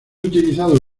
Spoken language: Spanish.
utilizado